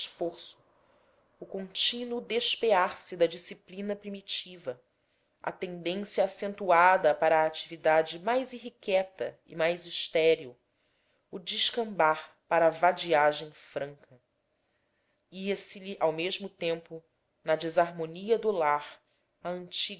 esforço o contínuo despear se da disciplina primitiva a tendência acentuada para a atividade mais irrequieta e mais estéril o descambar para a vadiagem franca ia se lhe ao mesmo tempo na desarmonia do lar a antiga